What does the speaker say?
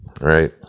right